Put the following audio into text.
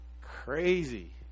Crazy